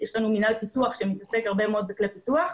יש לנו מינהל פיתוח שמתעסק הרבה מאוד בכלי פיתוח.